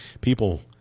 people –